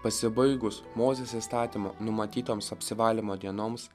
pasibaigus mozės įstatymo numatytoms apsivalymo dienoms